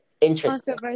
Interesting